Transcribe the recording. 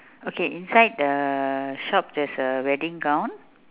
okay inside the shop there is a wedding gown